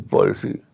Policy